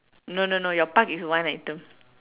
no no no your pug is one item